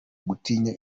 gutinya